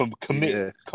Commit